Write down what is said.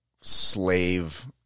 slave